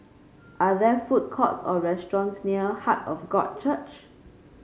are there food courts or restaurants near Heart of God Church